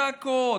צעקות,